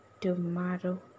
Tomorrow